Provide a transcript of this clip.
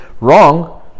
wrong